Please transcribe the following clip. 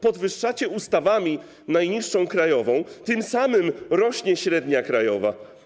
Podwyższacie ustawami najniższą krajową, tym samym rośnie średnia krajowa.